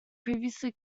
previously